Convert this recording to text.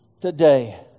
today